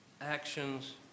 actions